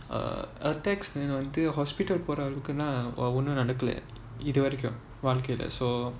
uh a text ல வந்து:la vanthu hospital போற அளவுக்குல்லம் ஒன்னும் நடக்கல வாழ்க்கைல:pora alavukulam onnum nadakala vaalkaila so